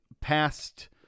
past